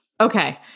Okay